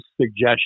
suggestion